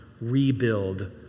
rebuild